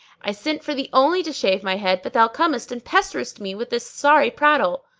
i sent for thee only to shave my head, but thou comest and pesterest me with this sorry prattle.